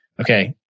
okay